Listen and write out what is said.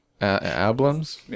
albums